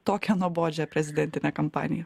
tokią nuobodžią prezidentinę kampaniją